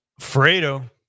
Fredo